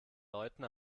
leuten